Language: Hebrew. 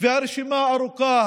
והרשימה ארוכה.